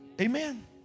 Amen